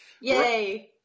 Yay